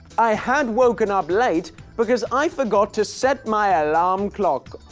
i had woken up late because i forgot to set my alarm clock.